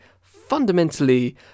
fundamentally